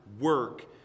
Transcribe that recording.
work